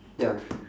ya